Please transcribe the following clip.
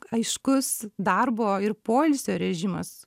aiškus darbo ir poilsio režimas